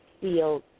field